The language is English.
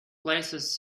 places